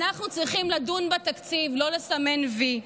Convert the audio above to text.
אנחנו צריכים לדון בתקציב, לא לסמן וי.